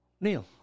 Neil